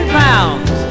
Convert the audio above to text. pounds